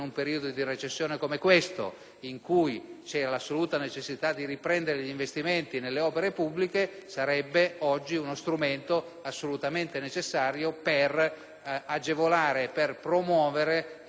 in cui c'è l'assoluta necessità di riprendere gli investimenti nelle opere pubbliche, avrebbe potuto essere uno strumento estremamente utile per agevolare e per promuovere gli investimenti infrastrutturali.